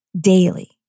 Daily